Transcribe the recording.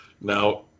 Now